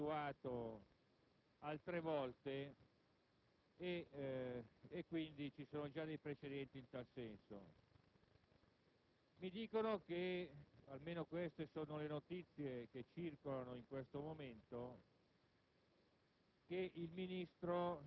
la magistratura ci aveva già abituato altre volte; vi sono già dei precedenti in tal senso. Mi dicono (almeno queste sono le notizie che circolano al momento)